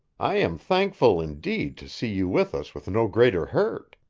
i am thankful, indeed, to see you with us with no greater hurt.